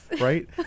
Right